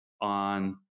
on